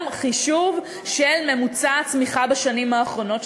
חישוב של ממוצע הצמיחה בשנים האחרונות.